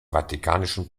vatikanischen